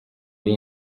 ari